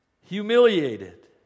humiliated